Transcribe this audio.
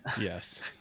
Yes